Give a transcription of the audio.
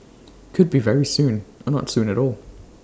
could be very soon or not soon at all